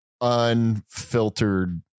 unfiltered